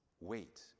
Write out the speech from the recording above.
Wait